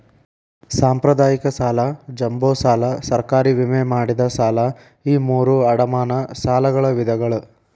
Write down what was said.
ಸಾಂಪ್ರದಾಯಿಕ ಸಾಲ ಜಂಬೋ ಸಾಲ ಸರ್ಕಾರಿ ವಿಮೆ ಮಾಡಿದ ಸಾಲ ಈ ಮೂರೂ ಅಡಮಾನ ಸಾಲಗಳ ವಿಧಗಳ